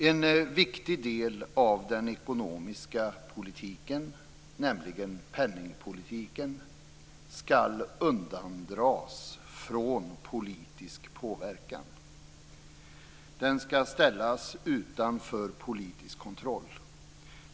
En viktig del av den ekonomiska politiken, nämligen penningpolitiken, skall undandras från politisk påverkan. Den skall ställas utanför politisk kontroll.